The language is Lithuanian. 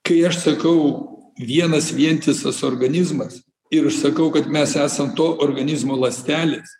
kai aš sakau vienas vientisas organizmas ir sakau kad mes esam to organizmo ląstelės